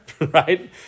right